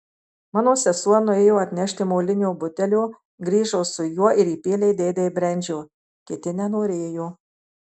mano sesuo nuėjo atnešti molinio butelio grįžo su juo ir įpylė dėdei brendžio kiti nenorėjo